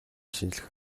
шинжлэх